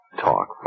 Talk